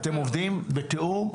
אתם עובדים בתיאום?